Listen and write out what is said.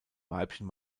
weibchen